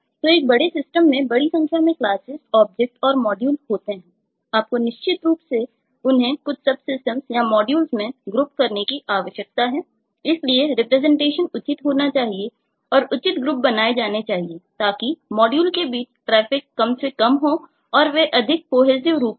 तो एक बड़े सिस्टम रूप में हो